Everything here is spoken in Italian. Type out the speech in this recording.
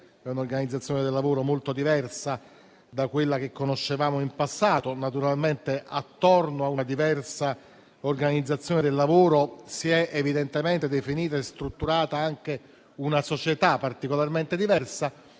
l'organizzazione del lavoro, rendendola molto diversa da quella che conoscevamo in passato. Intorno a una diversa organizzazione del lavoro, si è evidentemente definita e strutturata anche una società particolarmente diversa,